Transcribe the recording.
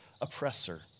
oppressor